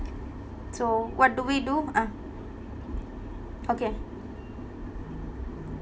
so what do we do ah okay